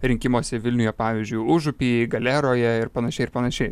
rinkimuose vilniuje pavyzdžiui užupyje galeroje ir panašiai ir panašiai